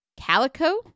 Calico